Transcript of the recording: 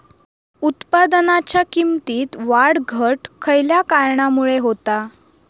उत्पादनाच्या किमतीत वाढ घट खयल्या कारणामुळे होता?